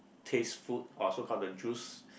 taste food or so called the juice